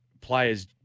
players